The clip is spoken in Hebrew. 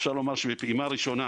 אפשר לומר שבפעימה ראשונה